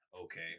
okay